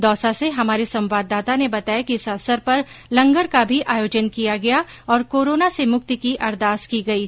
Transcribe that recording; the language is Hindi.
दौसा से हमारे संवाददाता ने बताया कि इस अवसर पर लंगर का भी आयोजन किया गया और कोरोना से मुक्ति की अरदास की गयी